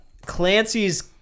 Clancy's